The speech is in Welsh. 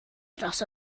dros